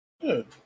Good